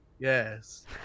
yes